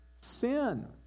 sin